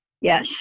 yes